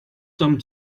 some